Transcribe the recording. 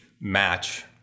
match